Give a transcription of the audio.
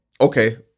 okay